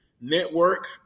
Network